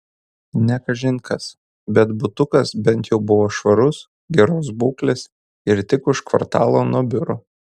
ne kažin kas bet butukas bent jau buvo švarus geros būklės ir tik už kvartalo nuo biuro